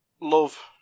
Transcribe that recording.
love